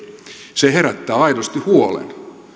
se herättää aidosti huolen